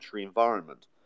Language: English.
environment